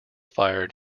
fired